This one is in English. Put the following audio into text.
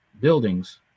buildings